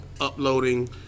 uploading